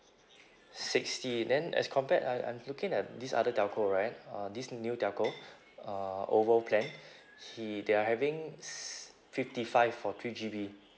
sixty then as compared I I'm looking at this other telco right uh this new telco uh overall plan he they are having s~ fifty five for three G_B